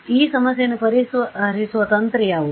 ಆದ್ದರಿಂದ ಈ ಸಮಸ್ಯೆಯನ್ನು ಪರಿಹರಿಸುವ ತಂತ್ರ ಯಾವುದು